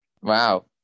wow